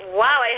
wow